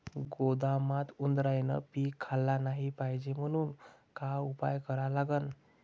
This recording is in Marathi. गोदामात उंदरायनं पीक खाल्लं नाही पायजे म्हनून का उपाय करा लागन?